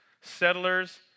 settlers